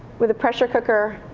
with a pressure cooker.